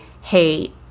hey